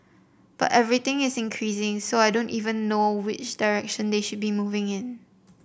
but everything is increasing so I don't even know which direction they should be moving in